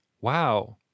Wow